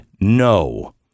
no